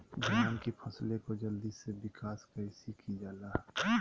धान की फसलें को जल्दी से विकास कैसी कि जाला?